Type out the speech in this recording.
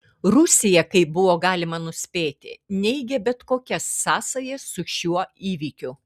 rusija kaip buvo galima nuspėti neigė bet kokias sąsajas su šiuo įvykiu